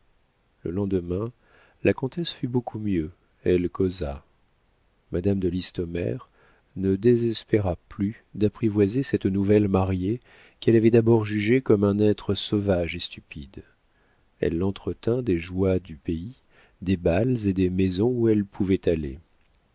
le lendemain la comtesse fut beaucoup mieux elle causa madame de listomère ne désespéra plus d'apprivoiser cette nouvelle mariée qu'elle avait d'abord jugée comme un être sauvage et stupide elle l'entretint des joies du pays des bals et des maisons où elles pouvaient aller